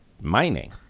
mining